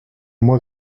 moi